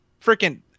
freaking